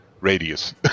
radius